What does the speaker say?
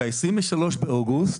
ב-23 באוגוסט,